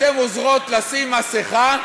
אתן עוזרות לשים מסכה.